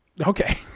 Okay